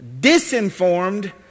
disinformed